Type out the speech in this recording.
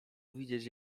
widzieć